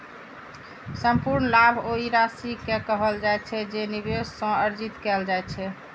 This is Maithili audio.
संपूर्ण लाभ ओहि राशि कें कहल जाइ छै, जे निवेश सं अर्जित कैल जाइ छै